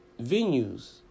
venues